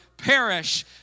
perish